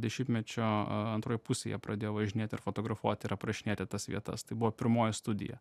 dešimtmečio antroj pusėj jie pradėjo važinėt ir fotografuot ir aprašinėt tas vietas tai buvo pirmoji studija